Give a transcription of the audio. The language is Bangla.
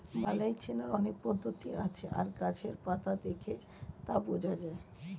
বালাই চেনার অনেক পদ্ধতি আছে আর গাছের পাতা দেখে তা বোঝা যায়